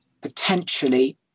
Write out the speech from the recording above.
Potentially